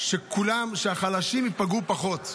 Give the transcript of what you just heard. שהחלשים ייפגעו פחות.